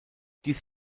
dies